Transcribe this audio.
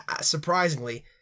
Surprisingly